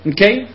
Okay